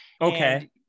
Okay